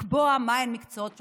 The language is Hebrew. לקבוע מהם מקצועות שוחקים,